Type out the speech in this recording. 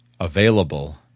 Available